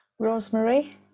Rosemary